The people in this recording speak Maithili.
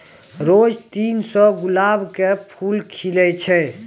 रोज तीन सौ गुलाब के फूल खिलै छै